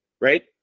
right